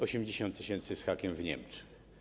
80 tys. z hakiem w Niemczech.